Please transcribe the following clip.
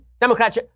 Democrats